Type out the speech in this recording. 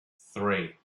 three